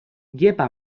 llepa